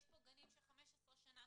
יש פה גנים ש-15 שנה